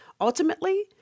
ultimately